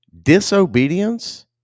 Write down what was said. disobedience